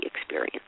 experience